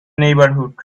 neighborhood